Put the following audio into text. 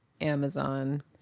Amazon